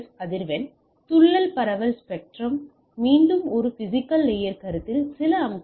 S அதிர்வெண் துள்ளல் பரவல் ஸ்பெக்ட்ரம்